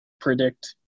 predict